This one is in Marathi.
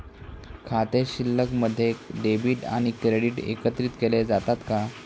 खाते शिल्लकमध्ये डेबिट आणि क्रेडिट एकत्रित केले जातात का?